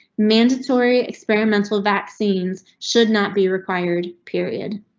mandatory experimental vaccines should not be required, period.